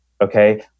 okay